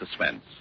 Suspense